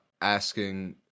asking